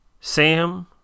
Sam